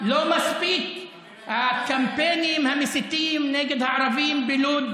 לא מספיק הקמפיינים המסיתים נגד הערבים בלוד,